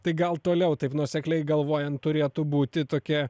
tai gal toliau taip nuosekliai galvojant turėtų būti tokia